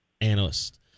Analyst